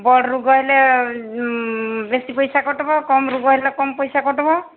ବଡ଼ ରୋଗ ହେଲେ ବେଶି ପଇସା କଟବ କମ୍ ରୋଗ ହେଲେ କମ୍ ପଇସା କଟବ